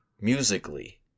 musically